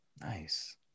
Nice